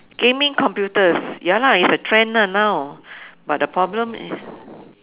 gaming computers ya lah it's a trend ah now but the problem is